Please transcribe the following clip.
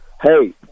hey